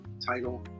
title